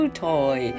toy